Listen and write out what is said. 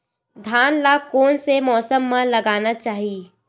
धान ल कोन से मौसम म लगाना चहिए?